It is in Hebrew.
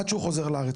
עד שהוא חוזר לארץ